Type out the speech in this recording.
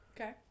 Okay